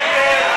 נא להצביע.